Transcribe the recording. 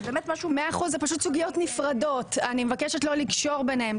זה סוגיות נפרדות, אני מבקשת לא לקשור ביניהן.